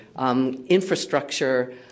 Infrastructure